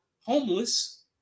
homeless